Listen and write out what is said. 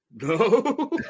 No